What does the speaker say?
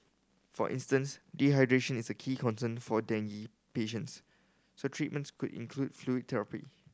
for instance dehydration is a key concern for dengue patients so treatments could include fluid therapy